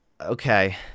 Okay